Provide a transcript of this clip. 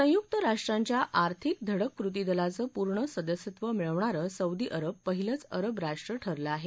संयुक्त राष्ट्रांच्या आर्थिक धडक कृती दलाचं पूर्ण सदस्यत्त्व मिळवणारं सौदी अरब पहिलंच अरब राष्ट्र ठरलं आहे